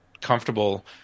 comfortable